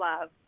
love